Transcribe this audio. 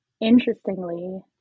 Interestingly